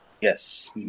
Yes